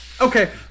Okay